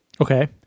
Okay